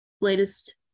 latest